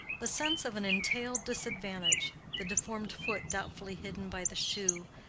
the sense of an entailed disadvantage the deformed foot doubtfully hidden by the shoe,